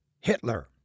Hitler